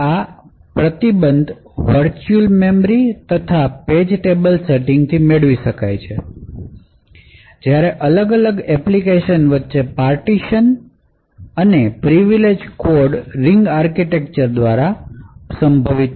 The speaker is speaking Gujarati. આ પ્રતિબંધ વર્ચ્યુઅલ મેમરી અને પેજ ટેબલ સેટિંગ થી મેળવી શકાય છે જ્યારે અલગ અલગ એપ્લિકેશન વચ્ચે પાર્ટીશન અને પ્રિવિલેજ કોડ રીંગ આર્કિટેક્ચર દ્વારા મેળવી શકાય છે